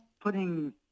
putting